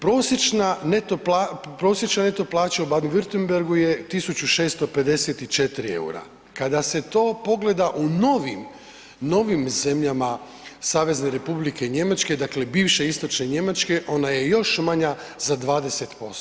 Prosječna neto plaća u Baden Wurttembergu je 1.654 EUR-a, kada se to pogleda u novim, novim zemljama Savezne Republike Njemačke dakle bivše istočne Njemačke ona je još manja za 20%